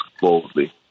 boldly